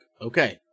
okay